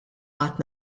għad